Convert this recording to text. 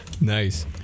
Nice